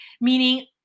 meaning